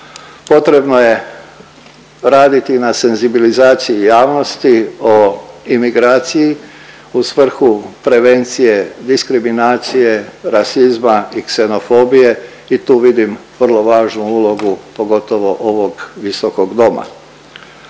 potrebno je raditi na senzibilizaciji javnosti o imigraciji u svrhu prevencije diskriminacije, rasizma i ksenofobije i tu vidim vrlo važnu ulogu pogotovo ovog Visokog doma.